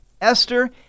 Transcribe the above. Esther